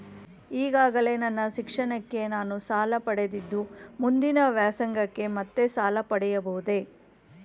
ಈಗಾಗಲೇ ನನ್ನ ಶಿಕ್ಷಣಕ್ಕೆ ನಾನು ಸಾಲ ಪಡೆದಿದ್ದು ಮುಂದಿನ ವ್ಯಾಸಂಗಕ್ಕೆ ಮತ್ತೆ ಸಾಲ ಪಡೆಯಬಹುದೇ?